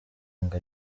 ngo